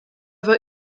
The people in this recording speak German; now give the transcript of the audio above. war